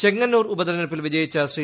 ചെങ്ങന്നൂർ ഉപതെരഞ്ഞെടുപ്പിൽ വിജയിച്ച ശ്രീ